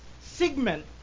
segment